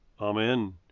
Amen